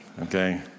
Okay